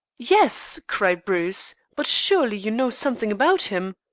yes, cried bruce but surely you know something about him?